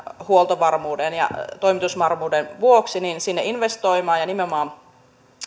huoltovarmuuden ja toimitusvarmuuden vuoksi sinne investoimaan ja nimenomaan